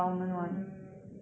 mm